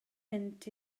mynd